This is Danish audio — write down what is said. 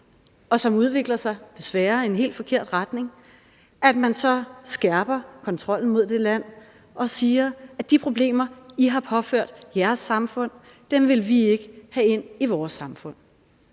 udvikler sig – desværre – i en helt forkert retning, så skærper vi kontrollen mod det land og siger: De problemer, I har påført jeres samfund, vil vi ikke have ind i vores samfund.